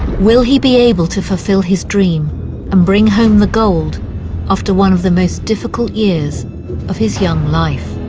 will he be able to fulfil his dream and bring home the gold after one of the most difficult years of his young life?